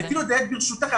ברשותך,